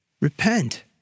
Repent